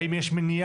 האם יש מניעה